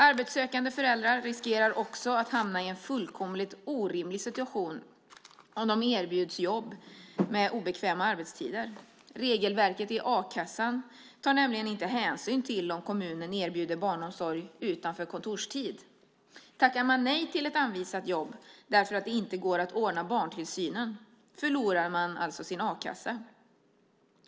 Arbetssökande föräldrar riskerar också att hamna i en fullkomligt orimlig situation om de erbjuds jobb med obekväma arbetstider. Regelverket i a-kassan tar nämligen inte hänsyn till om kommunen erbjuder barnomsorg utanför kontorstid. Tackar man nej till ett anvisat jobb därför att det inte går att orda barntillsynen förlorar man alltså sin a-kassa.